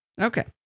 Okay